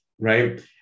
Right